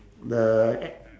the a~